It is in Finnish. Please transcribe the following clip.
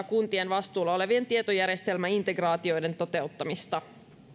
kuntien vastuulla olevien tietojärjestelmäintegraatioiden toteuttamista